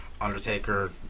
Undertaker